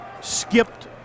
skipped